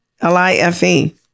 L-I-F-E